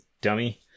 dummy